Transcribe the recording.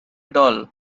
doll